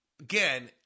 again